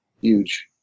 huge